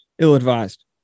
Ill-advised